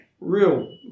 real